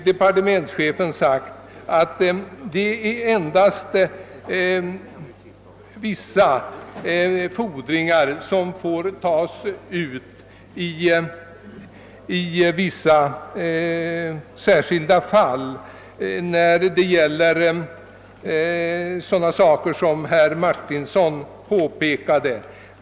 Departementschefen har sagt att endast vissa fordringar får tas i anspråk i särskilda fall, och det gäller sådana saker som herr Martinsson talade om.